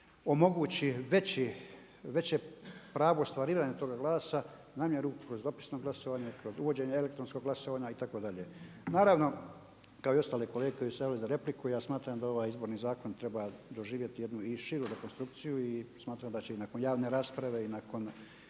omogući veće pravo ostvarivanja toga glasa, namjeru kroz dopisno glasovanje, kroz uvođenje elektronskog glasovanja itd.. Naravno, kao i ostale kolege koje su se javile za repliku, ja smatram da ovaj Izborni zakon treba doživjeti jednu i širu rekonstrukciju i smatram da će i nakon javne rasprave i nakon